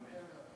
יפה מאוד.